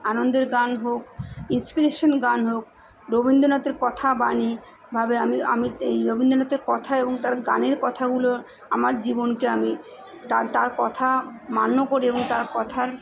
আনন্দের গান হোক ইন্সপিরেশান গান হোক রবীন্দ্রনাথের কথা বাণী ভাবে আমি আমি এই রবীন্দ্রনাথের কথা এবং তার গানের কথাগুলো আমার জীবনকে আমি তা তার কথা মান্য করি এবং তার কথার